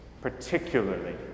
particularly